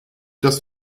das